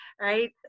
right